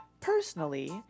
personally